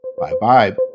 bye-bye